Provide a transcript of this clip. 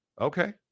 Okay